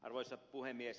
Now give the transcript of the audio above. arvoisa puhemies